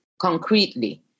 concretely